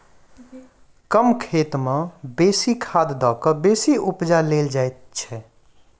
कम खेत मे बेसी खाद द क बेसी उपजा लेल जाइत छै